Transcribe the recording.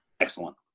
excellent